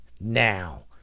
now